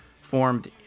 Formed